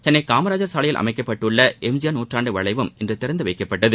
சென்னை காமராஜர் சாலையில் அமைக்கப்பட்டுள்ள M G R நூற்றாண்டு வளைவும் இன்று திறந்து வைக்கப்பட்டது